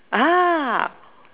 ah